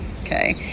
okay